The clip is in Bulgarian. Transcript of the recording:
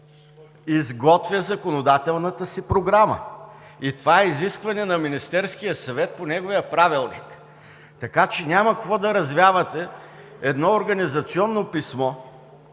изготвя законодателната си програма. Това е изискване на Министерския съвет по неговия Правилник. Няма какво да развявате едно организационно писмо,